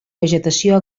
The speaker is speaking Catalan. vegetació